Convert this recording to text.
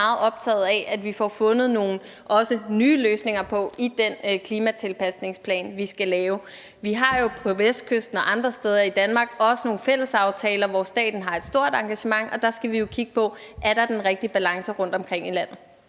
er jeg meget optaget af at vi også får fundet nogle nye løsninger på i den klimatilpasningsplan, vi skal lave. Vi har, hvad angår Vestkysten og andre steder i Danmark, også nogle fællesaftaler, som staten har et stort engagement i, og vi skal jo kigge på, om der er den rigtige balance rundtomkring i landet.